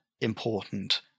important